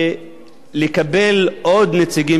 לקבל עוד נציגים של הערבים,